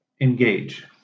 engage